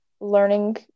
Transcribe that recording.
learning